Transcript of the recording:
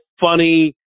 funny